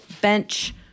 Bench